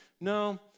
no